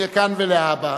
מכאן ולהבא.